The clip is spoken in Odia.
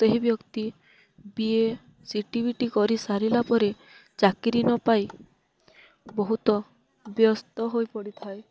ସେହି ବ୍ୟକ୍ତି B A C T BT କରିସାରିଲା ପରେ ଚାକିରି ନ ପାଇ ବହୁତ ବ୍ୟସ୍ତ ହୋଇ ପଡ଼ିଥାଏ